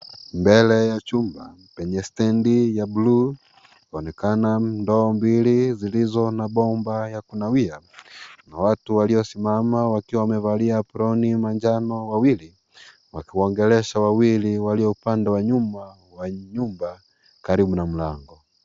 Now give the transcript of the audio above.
Mbele ya chumba penye stendi ya blue waonekana ndoo mbili zilizo na bomba ya kunawia na watu waliosimama wakiwa wamevalia aproni manjano wawili wakiwaongelesha wawili walio upande wa nyuma wa nyumba karibu na mlango.